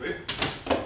the fridge